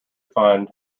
find